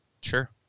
Sure